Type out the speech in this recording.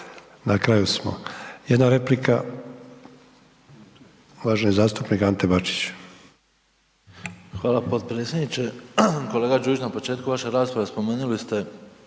Na kraju smo. Jedna replika, uvaženi zastupnik Ante Bačić. **Bačić, Ante (HDZ)** Hvala potpredsjedniče. Kolega Đujić, na početku vaše rasprave spomenuli ste